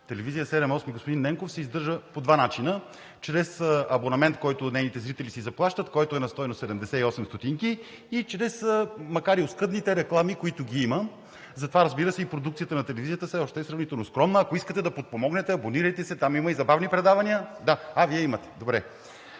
Телевизия „7/8“, господин Ненков, се издържа по два начина – чрез абонамент, който нейните зрители си заплащат, който е на стойност 78 стотинки, и чрез макар и оскъдните реклами, които има. Затова, разбира се, и продукцията на телевизията все още е сравнително скромна. Ако искате да подпомогнете, абонирайте се, там има и забавни предавания. АЛЕКСАНДЪР